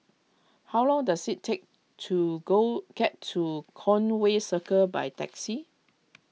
how long does it take to go get to Conway Circle by taxi